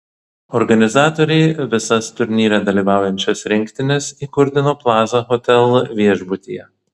organizatoriai visas turnyre dalyvaujančias rinktines įkurdino plaza hotel viešbutyje